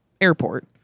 airport